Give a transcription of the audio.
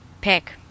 pick